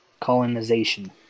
colonization